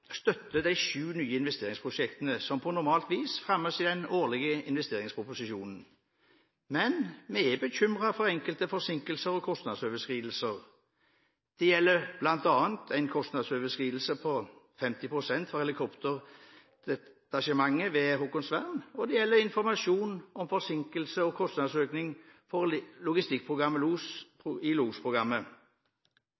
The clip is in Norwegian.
støtter de sju nye investeringsprosjektene som på normalt vis fremmes i denne årlige investeringsproposisjonen, men vi er bekymret for enkelte forsinkelser og kostnadsoverskridelser. Det gjelder bl.a. en kostnadsoverskridelse på 50 pst. for helikopterdetasjementet på Haakonsvern, og det gjelder informasjonen om forsinkelse og kostnadsøkning for